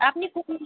আপনি